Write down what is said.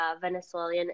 Venezuelan